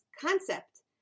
concept